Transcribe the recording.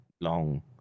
long